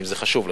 אם זה חשוב לך,